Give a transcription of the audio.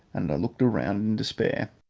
and i looked round in despair,